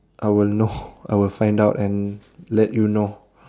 I will know I will find out and let you know